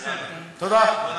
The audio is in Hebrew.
תודה.